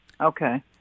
Okay